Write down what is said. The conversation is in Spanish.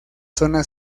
zona